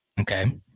Okay